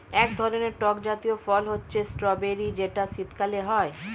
এক ধরনের টক জাতীয় ফল হচ্ছে স্ট্রবেরি যেটা শীতকালে হয়